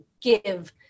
give